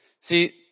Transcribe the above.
See